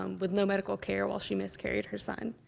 um with no medical care, while she miscarried her son.